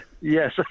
Yes